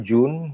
June